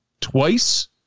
twice